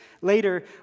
later